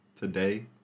today